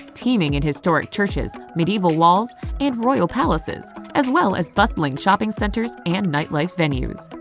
teeming in historic churches, medieval walls and royal palaces as well as bustling shopping centers and nightlife venues.